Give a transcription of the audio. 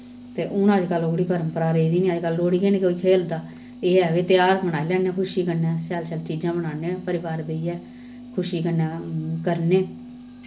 ते हून अजकल्ल ओह्कड़ी परंपरा रेह् दी निं अजकल्ल लोह्ड़ी गै निं कोई खेढदा एह् ऐ भाई ंतेहार मनाई लैन्नें खुशी कन्नै शैल शैल चीजां बनान्ने परोआर बेहियै खुशी कन्नै करनें